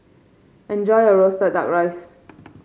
enjoy your roasted duck rice